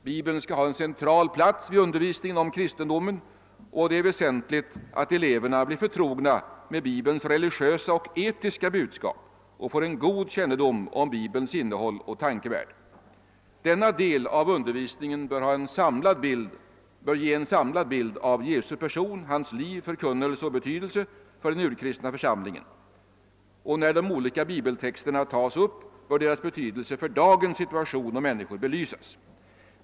Bibeln skall ha en central plats i undervisningen om kristendomen, och det är väsentligt att eleverna blir förtrogna med Bibelns religlösa och etiska budskap och får en god kännedom om bibelns innehåll och tankevärld. Denna del av undervisningen bör ge en samlad bild av Jesu person, hans liv, förkunnelse och betydelse för den urkristna församlingen, och när de olika bibeitexterna tas upp, bör deras betydelse för dagens situation och människor belysas.